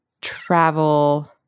travel